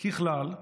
"ככלל,